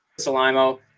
Salimo